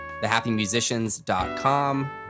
thehappymusicians.com